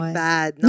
bad